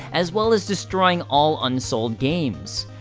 as well as destroying all unsold games.